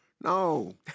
No